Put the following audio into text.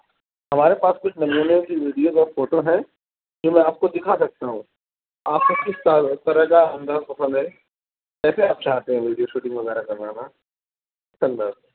ہمارے پاس کچھ میلینم کی ویڈیو اور فوٹو ہیں جو میں آپ کو دِکھا سکتا ہوں آپ کا کس طرح کا انداز پسند ہے کیسے آپ چاہتے ہیں ویڈیو شوٹنگ وغیرہ کروانا پسند ہے